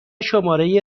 شماره